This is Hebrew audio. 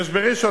יש בראשון,